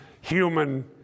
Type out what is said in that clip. human